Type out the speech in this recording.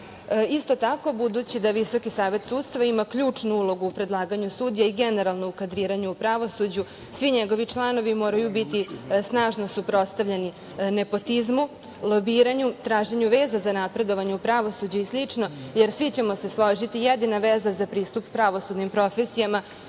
suda. Isto tako, budući da Visoki savet sudstva ima ključnu ulogu u predlaganju sudija i generalno u kadriranju u pravosuđu, svi njegovi članovi moraju biti snažno suprotstavljeni nepotizmu, lobiranju, traženju veza za napredovanje u pravosuđu i slično, jer, svi ćemo se složiti, jedina veza za pristup pravosudnim profesijama